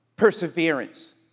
perseverance